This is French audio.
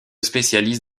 spécialise